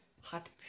Hot